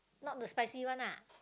not hte spicy one ah